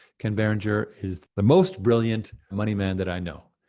ken berenger is the most brilliant money man that i know.